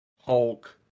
Hulk